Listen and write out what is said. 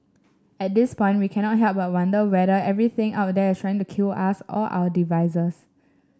at this point we cannot help but wonder whether everything out there is trying to kill us or our devices